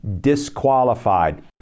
Disqualified